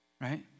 Right